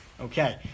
Okay